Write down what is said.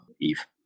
EVE